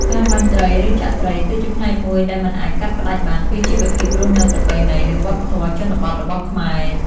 ការបាញ់ត្រី ឬចាក់ត្រី គឺជាផ្នែកមួយដែលមិនអាចកាត់ផ្តាច់បានពីជីវភាពរស់នៅប្រពៃណី និងវប្បធម៌ជនបទរបស់ខ្មែរ។